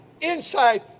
inside